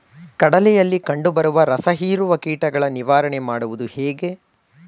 ಕಡಲೆಯಲ್ಲಿ ಕಂಡುಬರುವ ರಸಹೀರುವ ಕೀಟಗಳ ನಿವಾರಣೆ ಮಾಡುವುದು ಹೇಗೆ?